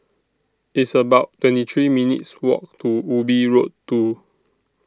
It's about twenty three minutes' Walk to Ubi Road two